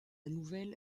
nouvelle